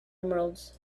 emeralds